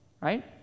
Right